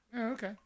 okay